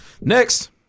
Next